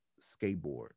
skateboard